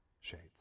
shades